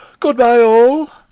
good-bye all.